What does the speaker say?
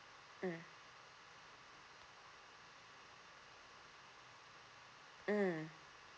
um um